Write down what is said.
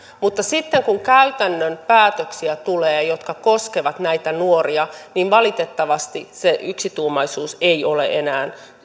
mutta sitten kun tulee käytännön päätöksiä jotka koskevat näitä nuoria niin valitettavasti se yksituumaisuus ei ole enää